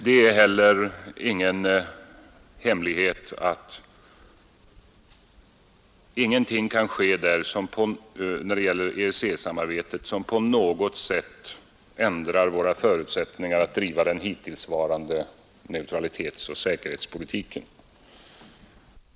Det är heller ingen hemlighet att ingenting kan ske när det gäller EEC-samarbetet som på något sätt ändrar vår vilja att driva den hittillsvarande neutralitetsoch säkerhetspolitiken.